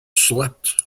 slept